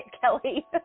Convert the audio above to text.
Kelly